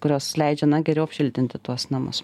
kurios leidžia na geriau apšiltinti tuos namus